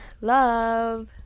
Love